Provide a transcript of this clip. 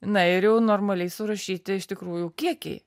na ir jau normaliai surašyti iš tikrųjų kiekiai